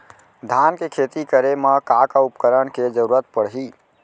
धान के खेती करे मा का का उपकरण के जरूरत पड़हि?